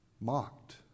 mocked